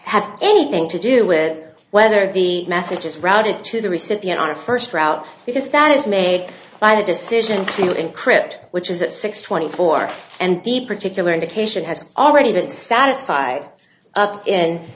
have anything to do with whether the message is routed to the recipient on a first route because that is made by the decision to encrypt which is at six twenty four and the particular indication has already been satisfied up